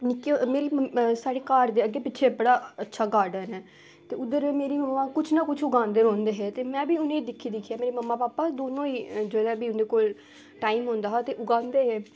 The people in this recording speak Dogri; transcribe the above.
निक्के में साढ़े घर दे अग्गें पिच्छें बड़ा अच्छा गार्डन ऐ ते उद्धर मेरी मम्मा कुछ ना कुछ उगांदे रौंहदे हे ते में बी उ'नेंगी दिक्खी दिक्खियै मेरी मम्मा पापा दौनो जेल्लै बी उं'दे कोल टाइम होंदा हा ते उगांदे हे